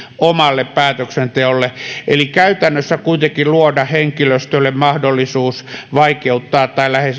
omalle päätöksenteolle eli käytännössä kuitenkin luoda henkilöstölle mahdollisuus vaikeuttaa